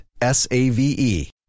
S-A-V-E